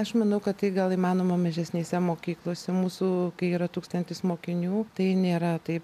aš manau kad tai gal įmanoma mažesnėse mokyklose mūsų kai yra tūkstantis mokinių tai nėra taip